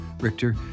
Richter